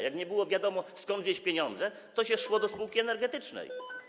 Jak nie było wiadomo, skąd wziąć pieniądze, to szło się do spółki energetycznej.